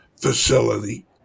facility